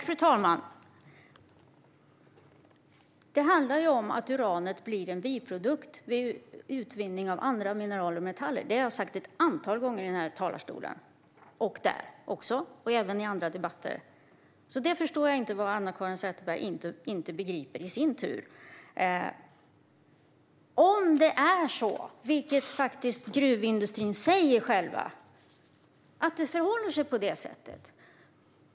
Fru talman! Det handlar om att uranet blir en biprodukt vid utvinning av andra mineraler och metaller. Det har jag sagt ett antal gånger i den här talarstolen och även i andra debatter. Så jag förstår inte vad Anna-Caren Sätherberg i sin tur inte begriper. Enligt gruvindustrin själv förhåller det sig på det sättet.